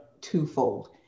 twofold